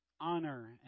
honor